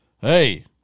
hey